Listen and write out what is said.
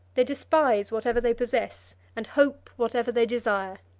they despise whatever they possess, and hope whatever they desire.